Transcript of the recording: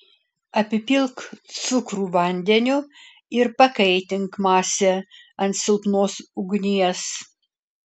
apipilk cukrų vandeniu ir pakaitink masę ant silpnos ugnies